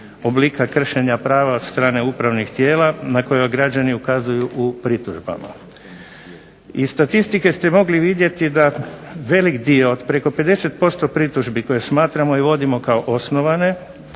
oblika kršenja prava od strane upravnih tijela na koje građani ukazuju u pritužbama. Iz statistike ste mogli vidjeti da velik dio, preko 50% pritužbi koje smatramo i vodimo kao osnovane,